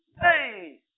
hey